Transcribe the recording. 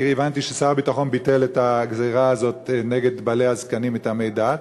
כי הבנתי ששר הביטחון ביטל את הגזירה הזו נגד בעלי הזקנים מטעמי דת.